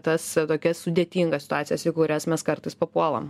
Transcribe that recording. tas tokias sudėtingas situacijas į kurias mes kartais papuolam